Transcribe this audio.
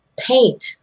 paint